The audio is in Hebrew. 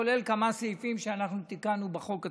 כולל כמה סעיפים שאנחנו תיקנו בחוק עצמו,